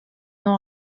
non